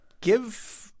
give